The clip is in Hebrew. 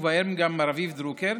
ובהם גם רביב דרוקר,